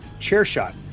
CHAIRSHOT